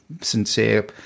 sincere